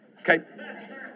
okay